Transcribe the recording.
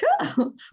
cool